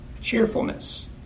Cheerfulness